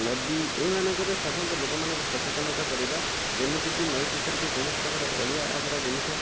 ନଦୀ ଏଇମାନଙ୍କରେ ସାଧାରଣତଃ ଲୋକମାନଙ୍କୁ ସଚେତନତା କରେଇବା ଯେମିତିକି ନଈ ପୋଖରୀକୁ କୌଣସି ପ୍ରକାର ଅଳିଆ ଆବରା ଜିନିଷ